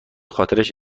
خاطرش